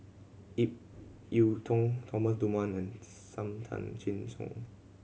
Ip Yiu Tung Thomas Dunman and Sam Tan Chin Siong